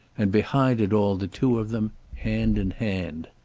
and behind it all the two of them, hand in hand.